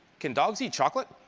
can dogs eat chocolate